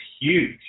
huge